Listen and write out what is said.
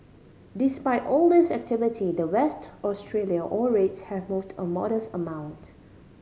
despite all this activity the West Australia ore rates have moved a modest amount